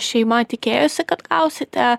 šeima tikėjosi kad gausite